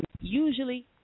usually